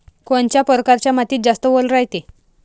कोनच्या परकारच्या मातीत जास्त वल रायते?